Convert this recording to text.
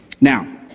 Now